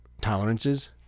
tolerances